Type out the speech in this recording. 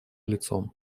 лицом